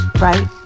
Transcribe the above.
right